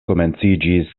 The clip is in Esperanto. komenciĝis